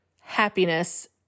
happiness